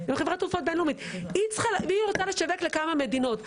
בין-לאומית והיא רוצה לשווק לכמה מדינות.